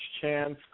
chance